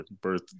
birth